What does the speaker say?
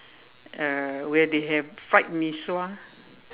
uh where they have fried mee-sua